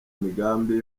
imigambi